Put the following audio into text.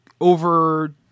over